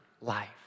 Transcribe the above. life